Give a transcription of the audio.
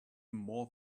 more